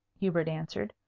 hubert answered.